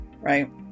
right